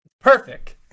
perfect